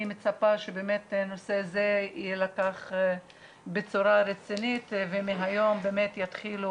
אני מצפה שבאמת הנושא הזה יילקח בצורה רצינית ומהיום יתחילו